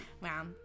Wow